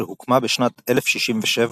שהוקמה בשנת 1067,